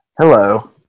Hello